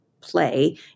play